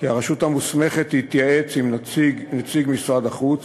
כי הרשות המוסמכת תתייעץ עם נציג משרד החוץ